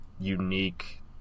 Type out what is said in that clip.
unique